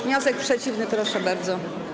Wniosek przeciwny, proszę bardzo.